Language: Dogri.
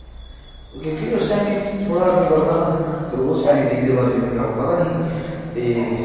क्योंकि उस टैम में थोह्ड़ा अठमीं पढ़दा हा ते उस पेंटिंग दे बारे च मिगी कक्ख पता निं ही ते